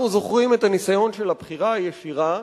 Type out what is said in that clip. אנחנו זוכרים את הניסיון של הבחירה הישירה,